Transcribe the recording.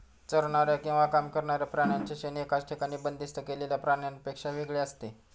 चरणाऱ्या किंवा काम करणाऱ्या प्राण्यांचे शेण एकाच ठिकाणी बंदिस्त केलेल्या प्राण्यांपेक्षा वेगळे असते